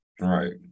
right